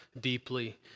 deeply